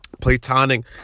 platonic